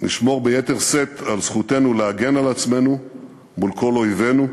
נשמור ביתר שאת על זכותנו להגן על עצמנו מול כל אויבינו.